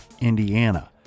Indiana